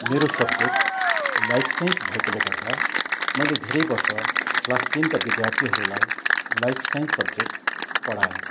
मेरो subject life science भएकोले गर्दा मैले धेरै वर्ष क्लास टेनका विद्यार्थीहरूलाई लाइफ साइन्स सब्जेक्ट पढाएँ